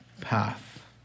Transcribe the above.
path